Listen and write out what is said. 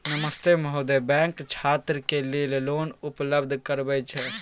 नमस्ते महोदय, बैंक छात्र के लेल लोन उपलब्ध करबे छै?